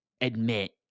admit